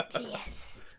yes